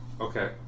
Okay